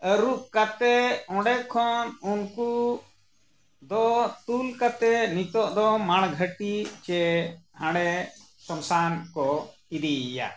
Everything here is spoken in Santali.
ᱟᱹᱨᱩᱵ ᱠᱟᱛᱮᱫ ᱚᱸᱰᱮ ᱠᱷᱚᱱ ᱩᱱᱠᱩ ᱫᱚ ᱛᱩᱞ ᱠᱟᱛᱮᱫ ᱱᱤᱛᱳᱜ ᱫᱚ ᱢᱟᱬ ᱜᱷᱟᱹᱴᱤ ᱥᱮ ᱦᱟᱸᱰᱮ ᱥᱚᱥᱟᱱ ᱠᱚ ᱤᱫᱤᱭᱮᱭᱟ